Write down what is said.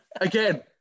again